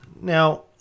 Now